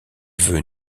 veut